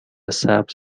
سبز